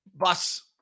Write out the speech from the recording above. bus